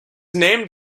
named